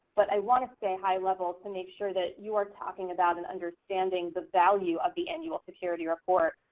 but i want to stay high level to make sure that you are talking about and understanding the value of the annual security report,